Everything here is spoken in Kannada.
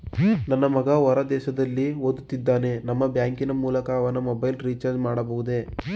ನನ್ನ ಮಗ ಹೊರ ದೇಶದಲ್ಲಿ ಓದುತ್ತಿರುತ್ತಾನೆ ನಿಮ್ಮ ಬ್ಯಾಂಕಿನ ಮೂಲಕ ಅವನ ಮೊಬೈಲ್ ರಿಚಾರ್ಜ್ ಮಾಡಬಹುದೇ?